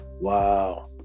wow